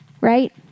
right